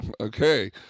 okay